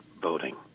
voting